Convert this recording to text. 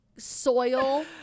Soil